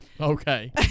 Okay